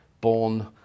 born